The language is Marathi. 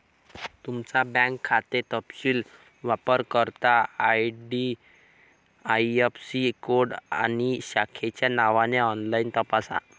तुमचा बँक खाते तपशील वापरकर्ता आई.डी.आई.ऍफ़.सी कोड आणि शाखेच्या नावाने ऑनलाइन तपासा